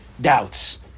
doubts